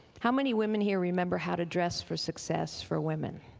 how many women here remember how to dress for success for women?